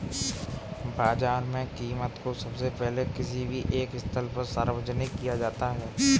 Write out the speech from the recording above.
बाजार में कीमत को सबसे पहले किसी भी एक स्थल पर सार्वजनिक किया जाता है